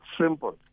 simple